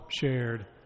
shared